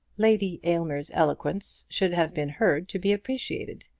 lady aylmer's eloquence should have been heard to be appreciated.